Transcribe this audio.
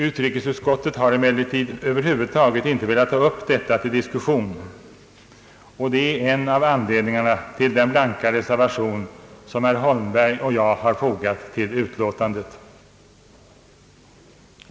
Utrikesutskottet har emellertid över huvud taget inte velat ta upp detta till diskussion, och det är en av anledningarna till den blanka reservation som herr Holmberg och jag har fogat till utlåtandet.